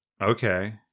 okay